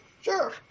Sure